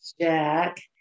Jack